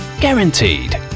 guaranteed